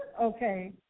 Okay